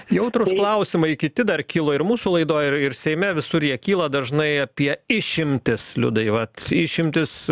jautrūs klausimai kiti dar kilo ir mūsų laidoj ir ir seime visur jie kyla dažnai apie išimtis liudai vat išimtys